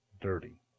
dirty